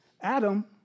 Adam